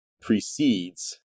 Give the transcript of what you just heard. precedes